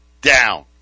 down